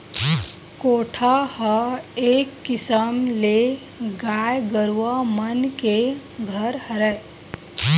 कोठा ह एक किसम ले गाय गरुवा मन के घर हरय